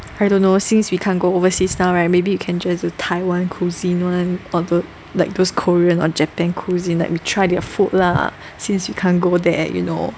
I don't know since we can't go overseas now right maybe you can just choose the Taiwan cuisine [one] or the like those Korean or Japan cuisine that we try their food lah since you can't go there you know